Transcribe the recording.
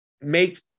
make